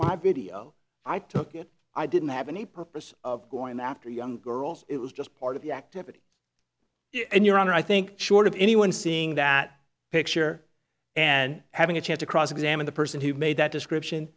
my video i took it i didn't have any purpose of going after young girls it was just part of the activity and your honor i think short of anyone seeing that picture and having a chance to cross examine the person who made that description